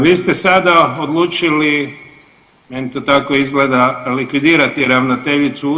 Vi ste sada odlučili, meni to tako izgleda, likvidirati ravnateljicu